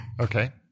Okay